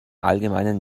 allgemeinen